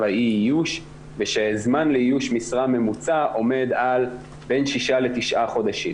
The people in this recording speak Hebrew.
האי-איוש ושזמן לאיוש משרה ממוצע עומד על 6-9 חודשים.